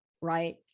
right